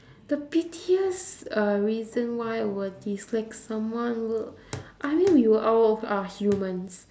the pettiest uh reason why I would dislike someone will I mean we were all are humans